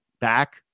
back